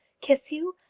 kiss you?